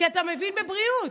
כי אתה מבין בבריאות.